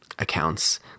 accounts